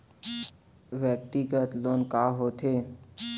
व्यक्तिगत लोन का होथे?